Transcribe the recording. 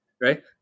right